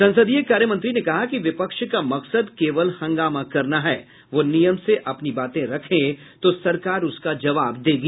संसदीय कार्य मंत्री ने कहा कि विपक्ष का मकसद केवल हंगामा करना है वह नियम से अपनी बात रखे तो सरकार उसका जवाब देगी